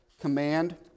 command